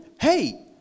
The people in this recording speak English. hey